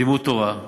לימוד תורה,